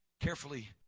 carefully